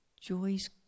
Joy's